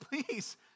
please